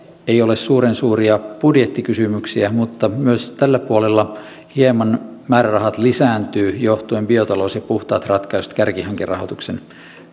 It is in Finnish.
eivät ole suuren suuria budjettikysymyksiä mutta myös tällä puolella määrärahat hieman lisääntyvät johtuen biotalous ja puhtaat ratkaisut kärkihankerahoituksen